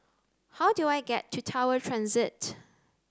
how do I get to Tower Transit